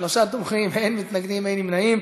שלושה תומכים, אין מתנגדים, אין נמנעים.